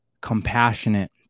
compassionate